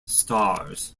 stars